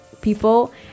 people